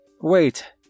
Wait